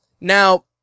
Now